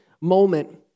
moment